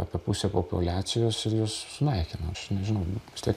apie pusę populiacijos ir juos sunaikino aš nežinau vis tiek